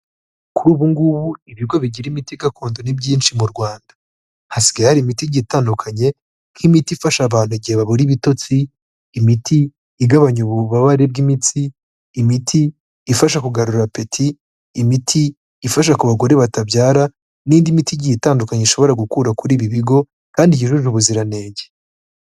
Kuri ubu ngubu ibigo bigira imiti gakondo ni byinshi mu Rwanda, hasigaye hari imiti igiye itandukanye nk'imiti ifasha abantu igihe babura ibitotsi, imiti igabanya ububabare bw'imitsi, imiti ifasha kugarura apeti, imiti ifasha ku bagore batabyara n'indi miti igiye itandukanye ushobora gukura kuri ibi bigo kandi yujuje ubuziranenge.